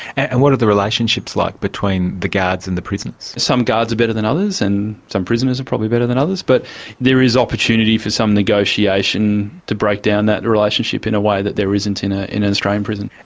and what are the relationships like between the guards and the prisoners? some guards are better than others and some prisoners are probably better than others, but there is opportunity for some negotiation to break down that relationship in a way that there isn't in ah in an australian prison.